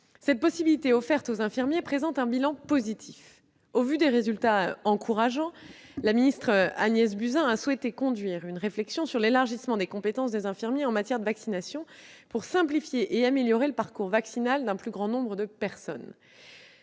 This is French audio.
cette possibilité offerte aux infirmiers. Compte tenu des résultats encourageants enregistrés, Agnès Buzyn a souhaité conduire une réflexion sur l'élargissement des compétences des infirmiers en matière de vaccination, afin de simplifier et d'améliorer le parcours vaccinal d'un plus grand nombre de personnes.